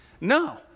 No